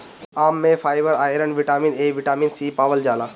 आम में fibre, iron, vitamin A, vitamin C पावल जाला